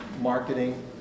marketing